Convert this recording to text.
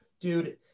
dude